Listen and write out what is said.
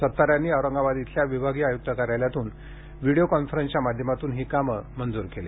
सत्तार यांनी औरंगाबाद येथील विभागीय आयुक्त कार्यालयातून व्हिडिओ कॉन्फरन्सच्या माध्यमातून ही कामे मंजूर केली